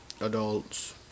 adults